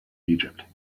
egypt